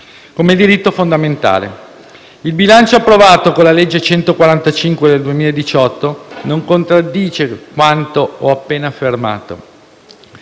come diritto fondamentale. Il bilancio approvato con la legge n. 145 del 2018 non contraddice quanto ho appena affermato.